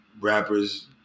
Rappers